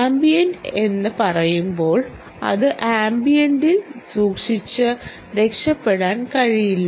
ambient എന്ന് പറയുമ്പോൾ അത് ആംബിയന്റിൽ സൂക്ഷിച്ച് രക്ഷപ്പെടാൻ കഴിയില്ല